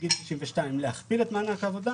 מגיל 62. להכפיל את מענק העבודה